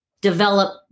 develop